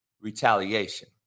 retaliation